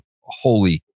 holy